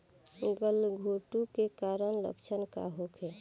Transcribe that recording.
गलघोंटु के कारण लक्षण का होखे?